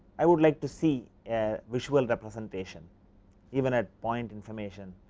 i would like to see a visual representation even at point information,